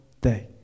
day